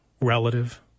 relative